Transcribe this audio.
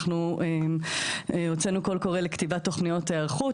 אנחנו הוצאנו קול קורא לכתיבת תוכניות היערכות,